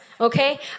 okay